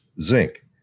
Zinc